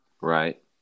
Right